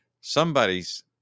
somebody's